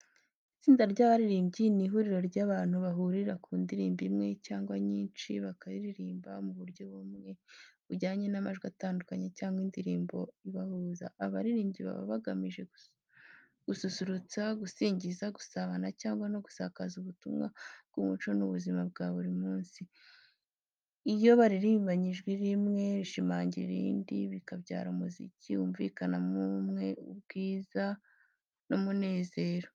Itsinda ry’abaririmbyi ni ihuriro ry’abantu bahurira ku ndirimbo imwe cyangwa nyinshi, bakaziririmba mu buryo bumwe, bujyanye n’amajwi atandukanye cyangwa indirimbo ibahuza. Abaririmbyi baba bagamije gususurutsa, gusingiza, gusabana cyangwa no gusakaza ubutumwa bw’umuco n’ubuzima bwa buri munsi. Iyo baririmbanye ijwi rimwe rishimangira irindi, bikabyara umuziki wumvikanamo ubumwe, ubwiza n’umunezero.